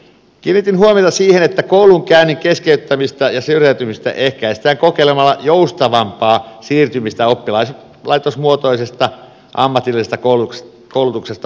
kiinnitin huomiota siihen että koulunkäynnin keskeyttämistä ja syrjäytymistä ehkäistään kokeilemalla joustavampaa siirtymistä oppilaitosmuotoisesta ammatillisesta koulutuksesta oppisopimuskoulutukseen